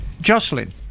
Jocelyn